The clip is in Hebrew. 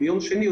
ביום שני,